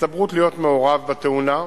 ההסתברות להיות מעורב בתאונה,